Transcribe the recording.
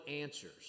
answers